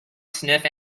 sniff